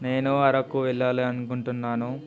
నేను అరకు వెళ్ళాలనుకుంటున్నాను